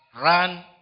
run